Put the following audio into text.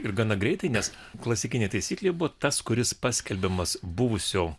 ir gana greitai nes klasikinė taisyklė buvo tas kuris paskelbiamas buvusio